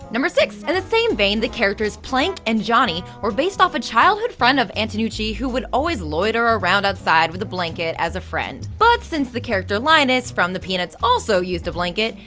number six. in and the same vein, the characters plank and johnny were based off a childhood friend of antonucci who would always loiter around outside with a blanket as a friend, but since the character linus, from the peanuts, also used a blanket,